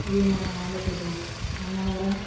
అది మన ఆంధ్రప్రదేశ్ అన్నవరం